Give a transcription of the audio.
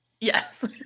yes